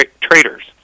traders